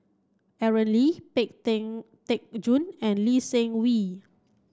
Aaron Lee Pang Teck Joon and Lee Seng Wee